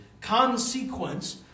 Consequence